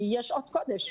שיהיו שעות קודש,